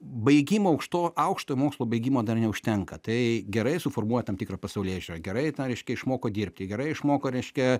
baigimo aukšto aukštojo mokslo baigimo dar neužtenka tai gerai suformuoja tam tikrą pasaulėžiūrą gerai tą reiškia išmoko dirbti gerai išmoko reiškia